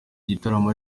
gitaramo